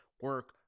Work